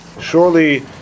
Surely